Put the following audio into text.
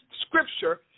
scripture